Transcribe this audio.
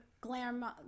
glam